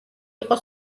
იყო